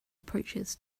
approaches